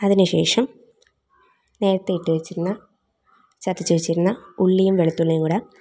അതിന് ശേഷം നേരത്തെ ഇട്ടു വെച്ചിരുന്ന ചതച്ച് വെച്ചിരുന്ന ഉള്ളിയും വെളുത്തുള്ളിയും കൂടെ